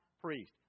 priest